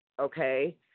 okay